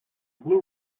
blue